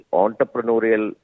entrepreneurial